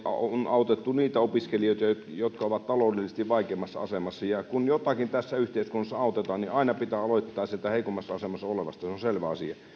on autettu niitä opiskelijoita jotka ovat taloudellisesti vaikeimmassa asemassa kun jotakin tässä yhteiskunnassa autetaan niin aina pitää aloittaa sieltä heikoimmassa asemassa olevasta se on selvä asia